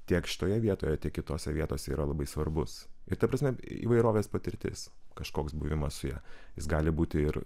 tiek šitoje vietoje tiek kitose vietose yra labai svarbus ir ta prasme įvairovės patirtis kažkoks buvimas su ja jis gali būti ir